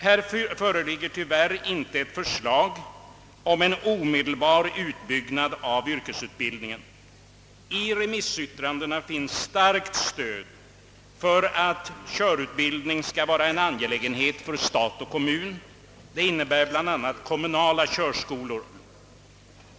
Här föreligger tyvärr inte något förslag om en omedelbar utbyggnad av yrkesutbildningen. I remissyttrandena finns starkt stöd för kravet att körutbildningen skall vara en angelägenhet för stat och kommun. Det innebär bl.a. kommunala körskolor.